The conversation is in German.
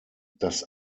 das